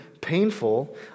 painful